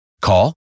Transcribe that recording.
Call